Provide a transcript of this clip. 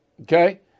Okay